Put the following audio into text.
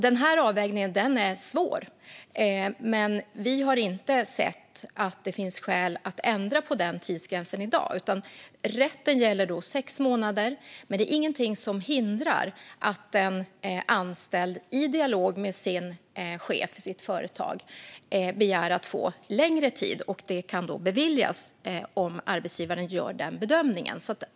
Denna avvägning är svår, men vi har inte sett att det finns skäl att ändra på den tidsgränsen i dag. Rätten gäller sex månader, men det är ingenting som hindrar att en anställd i dialog med sin chef begär att få längre tid, vilket kan beviljas om arbetsgivaren gör den bedömningen.